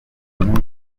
bigomba